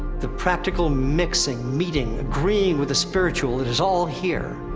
the practical mixing, meeting, agreeing with the spiritual, it is all here.